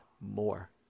more